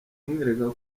umwereka